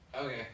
Okay